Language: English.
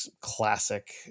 classic